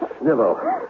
snivel